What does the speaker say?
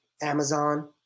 Amazon